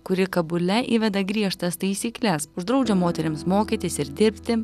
kuri kabule įveda griežtas taisykles uždraudžia moterims mokytis ir dirbti